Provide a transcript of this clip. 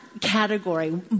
category